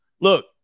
Look